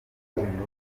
imibonano